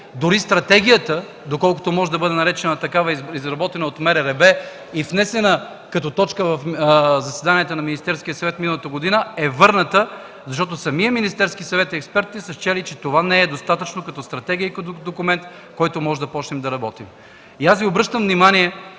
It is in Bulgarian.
Дори стратегията, доколкото може да бъде наречена такава, изработена от МРРБ и внесена като точка в заседанията на Министерския съвет миналата година, е върната, защото самият Министерски съвет и експертите са счели, че това не е достатъчно като стратегия и като документ, който можем да започнем да работим. Обръщам Ви внимание